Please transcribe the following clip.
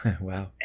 Wow